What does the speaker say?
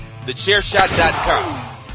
TheChairShot.com